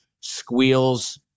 squeals